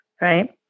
Right